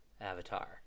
avatar